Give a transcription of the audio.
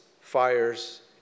fires